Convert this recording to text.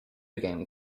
game